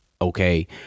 okay